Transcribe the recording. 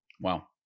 Wow